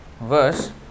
verse